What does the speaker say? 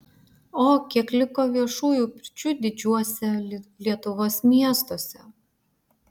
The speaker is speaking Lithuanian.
o kiek liko viešųjų pirčių didžiuose lietuvos miestuose